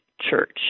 church